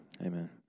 Amen